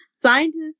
Scientists